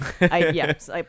yes